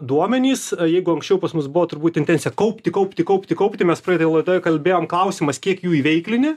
duomenys jeigu anksčiau pas mus buvo turbūt intencija kaupti kaupti kaupti kaupti mes praeitoj laidoj kalbėjom klausimas kiek jų įveiklini